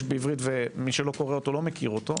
בעברית ומי שלא קורא אותו לא מכיר אותו,